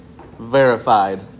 verified